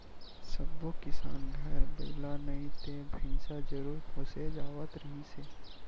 सब्बो किसान घर बइला नइ ते भइसा जरूर पोसे जावत रिहिस हे